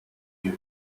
you